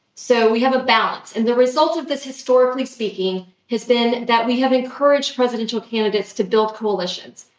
so we have a balance. and the result of this, historically speaking, has been that we have encouraged presidential candidates to build coalitions.